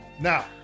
now